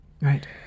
right